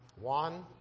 one